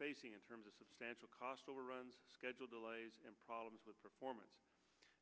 or in terms of cost overruns schedule delays and problems with performance